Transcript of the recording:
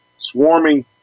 swarming